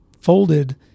folded